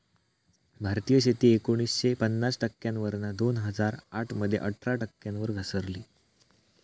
भारतीय शेती एकोणीसशे पन्नास टक्क्यांवरना दोन हजार आठ मध्ये अठरा टक्क्यांवर घसरली